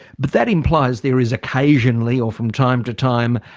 but that implies there is occasionally or from time to time,